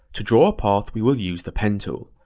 to draw a path, we will use the pen tool.